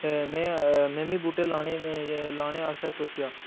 में में बी बूह्टे लाने आस्तै सोचेआ